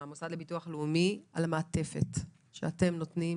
על המעטפת שאתם נותנים